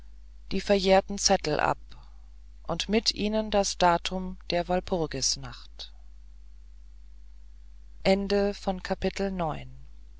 die verjährten zettel ab und mit ihnen das datum der walpurgisnacht